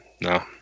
no